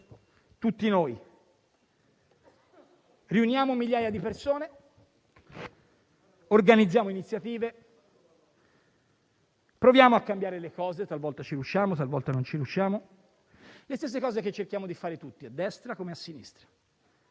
tutti noi: riuniamo migliaia di persone, organizziamo iniziative, proviamo a cambiare le cose (talvolta ci riusciamo, talvolta non ci riusciamo), le stesse cose che cerchiamo di fare tutti, a destra come a sinistra.